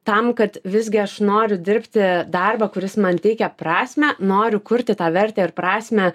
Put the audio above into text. tam kad visgi aš noriu dirbti darbą kuris man teikia prasmę noriu kurti tą vertę ir prasmę